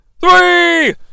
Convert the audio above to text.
Three